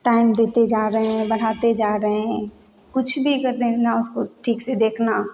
time देते जा रहे हैं बढ़ाते जा रहे हैं कुछ भी कर रहे हैं ना उसको ठीक से देखना